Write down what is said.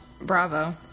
Bravo